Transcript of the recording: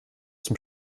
zum